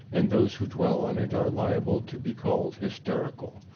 and those who dwell on it are liable to be called hysterical.